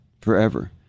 forever